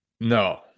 No